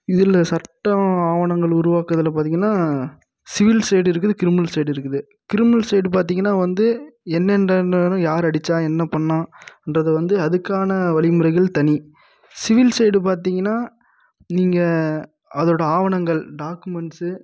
இதில் சட்டம் ஆவணங்கள் உருவாக்குதலில் பார்த்திங்கன்னா சிவில் சைடு இருக்குது க்ரிமினல் சைடு இருக்குது க்ரிமினல் சைடு பார்த்திங்கன்னா வந்து என்னென்ன இது யார் அடித்தா என்ன பண்ணிணா என்கிறத வந்து அதுக்கான வழிமுறைகள் தனி சிவில் சைடு பார்த்திங்கன்னா நீங்கள் அதோட ஆவணங்கள் டாக்குமெண்ட்ஸு